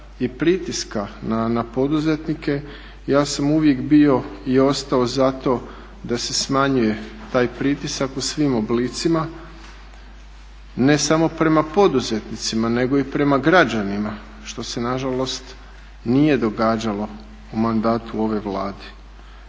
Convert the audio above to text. i pritiska na poduzetnike ja sam uvijek bio i ostao za to da se smanjuje taj pritisak u svim oblicima, ne samo prema poduzetnicima nego i prema građanima, što se nažalost nije događalo u mandatu ove Vlade.